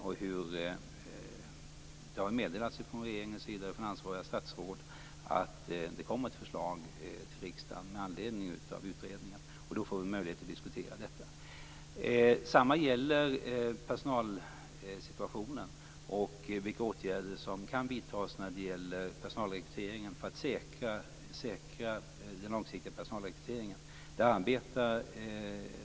Det har meddelats från regeringens sida, från ansvariga statsråd, att det kommer ett förslag till riksdagen med anledning av utredningen. Då får vi möjlighet att diskutera detta. Detsamma gäller personalsituationen och vilka åtgärder som kan vidtas för att säkra den långsiktiga personalrekryteringen.